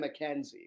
McKenzie